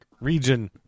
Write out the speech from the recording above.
region